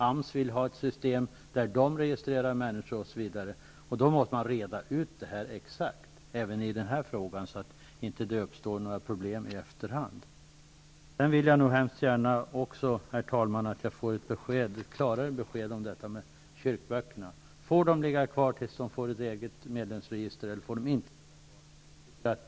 AMS vill ha ett system för att registrera människor, osv. Vi måste reda ut detta exakt även i denna fråga, så att det inte uppstår några problem i efterhand. Sedan ville jag gärna ha ett klarare besked om detta med kyrkböckerna. Får de ligga kvar tills kyrkan fått ett eget medlemsregister, eller får de inte?